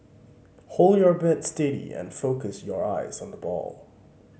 hold your bat steady and focus your eyes on the ball